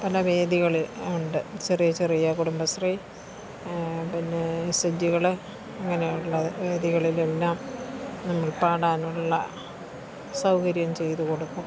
പല വേദികൾ ഉണ്ട് ചെറിയ ചെറിയ കുടുംബശ്രീ പിന്നെ സിജ്ജുകൾ അങ്ങനെയുള്ള വേദികളിലെല്ലാം നമ്മൾ പാടാനുള്ള സൗകര്യം ചെയ്തുകൊടുക്കും